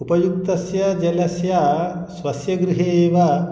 उपयुक्तस्य जलस्य स्वस्य गृहे एव